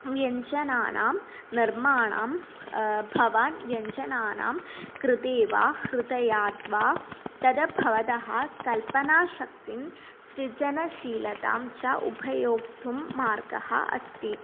व्यञ्जनानां निर्माणं भवान् व्यञ्जनानां कृते वा हृदयात् वा तद् भवतः कल्पनाशक्तिं सृजनशीलतां च उपयोक्तुं मार्गः अस्ति